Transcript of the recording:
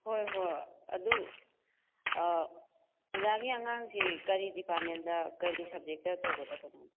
ꯍꯣꯏ ꯍꯣꯏ ꯑꯗꯨ ꯑꯣꯖꯥꯒꯤ ꯑꯉꯥꯡꯁꯦ ꯀꯔꯤ ꯗꯤꯄꯥꯔꯠꯃꯦꯟꯗ ꯀꯔꯤ ꯁꯕꯖꯦꯛꯇ ꯇꯧꯒꯗꯕꯅꯣ